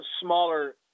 smaller